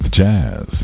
jazz